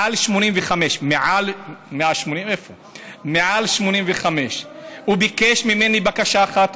185. מעל 85. הוא ביקש ממני בקשה אחת,